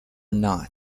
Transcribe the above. not